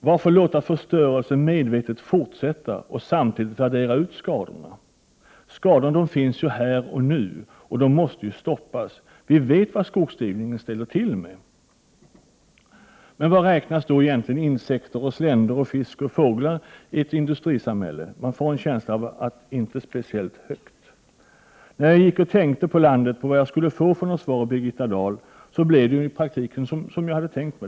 Varför medvetet låta förstörelsen fortsätta och samtidigt värdera ut skadorna? Skadorna finns ju här och nu, och de måste stoppas. Vi vet vad skogsdikningen ställer till med. Men vad beräknas då egentligen insekter och sländor och fiskar och fåglar ha för värde i ett industrisamhälle? Man får en känsla av att det inte är speciellt högt. När jag gick ute på landet tänkte jag på vilket svar jag skulle komma att få av Birgitta Dahl, och det blev på pricken som jag hade tänkt mig det.